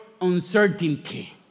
uncertainty